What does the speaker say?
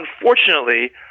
unfortunately